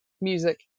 Music